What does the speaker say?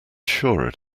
sure